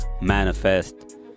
manifest